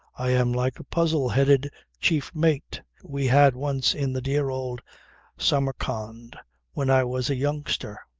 i am like a puzzle-headed chief mate we had once in the dear old samarcand when i was a youngster.